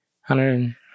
hundred